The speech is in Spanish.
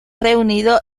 reunido